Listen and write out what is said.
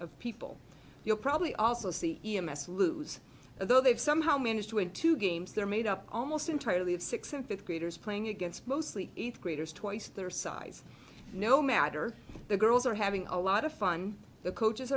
of people you'll probably also see e m s lose though they've somehow managed to add two games that are made up almost entirely of six and fifth graders playing against mostly eighth graders twice their size no matter the girls are having a lot of fun the coaches